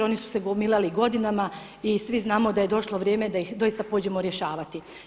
Oni su se gomilali godinama i svi znamo da je došlo vrijeme da ih doista pođemo rješavati.